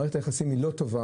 מערכת היחסים היא לא טובה,